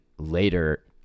later